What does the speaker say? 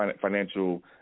financial